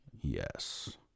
Yes